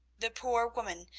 the poor woman,